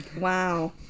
wow